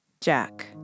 Jack